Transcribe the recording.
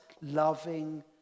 loving